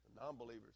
Non-believers